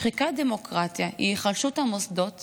שחיקת דמוקרטיה היא היחלשות המוסדות